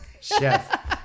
chef